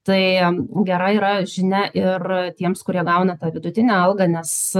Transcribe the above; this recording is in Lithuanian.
tai gera yra žinia ir tiems kurie gauna tą vidutinę algą nes